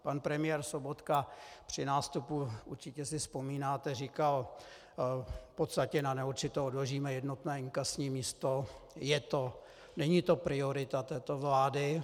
Pan premiér Sobotka při nástupu, určitě si vzpomínáte, říkal: v podstatě na neurčito odložíme jednotné inkasní místo, není to priorita této vlády.